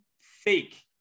fake